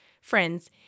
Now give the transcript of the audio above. friends